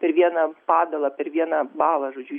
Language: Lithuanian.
per vieną padalą per vieną balą žodžiu